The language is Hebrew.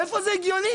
איפה זה הגיוני?